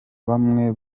bamwe